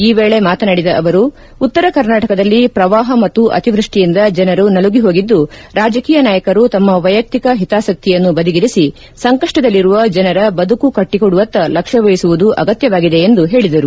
ಈ ವೇಳೆ ಮಾತನಾಡಿದ ಅವರು ಉತ್ತರ ಕರ್ನಾಟಕದಲ್ಲಿ ಪ್ರವಾಪ ಮತ್ತು ಅತಿವೃಷ್ಷಿಯಿಂದ ಜನರು ನಲುಗಿ ಹೋಗಿದ್ದು ರಾಜಕೀಯ ನಾಯಕರು ತಮ್ನ ವೈಯಕ್ತಿಕ ಹಿತಾಸಕ್ತಿಯನ್ನು ಬದಿಗಿರಿಸಿ ಸಂಕಷ್ನದಲ್ಲಿರುವ ಜನರ ಬದುಕು ಕಟ್ಟಕೊಡುವತ್ತ ಲಕ್ಷ್ಮ ವಹಿಸುವುದು ಅಗತ್ವವಿದೆ ಎಂದು ಹೇಳಿದರು